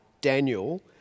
Daniel